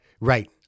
Right